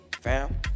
fam